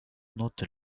note